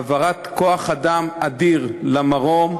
העברת כוח-אדם אדיר לדרום.